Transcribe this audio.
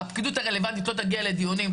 שהפקידות הרלוונטית לא תגיע לדיונים,